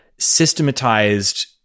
systematized